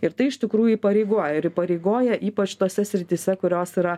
ir tai iš tikrųjų įpareigoja ir įpareigoja ypač tose srityse kurios yra